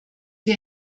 wir